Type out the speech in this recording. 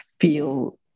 feel